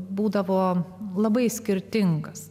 būdavo labai skirtingas